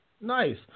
Nice